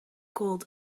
called